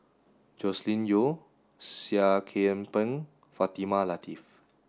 Joscelin Yeo Seah Kian Peng Fatimah Lateef